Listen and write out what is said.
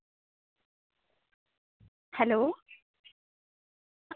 hello